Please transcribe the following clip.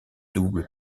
double